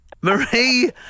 Marie